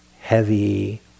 heavy